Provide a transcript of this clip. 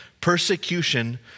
Persecution